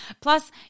Plus